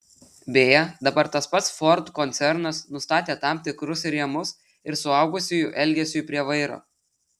beje dabar tas pats ford koncernas nustatė tam tikrus rėmus ir suaugusiųjų elgesiui prie vairo